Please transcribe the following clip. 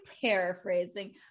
paraphrasing